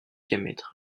diamètre